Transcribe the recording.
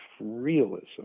realism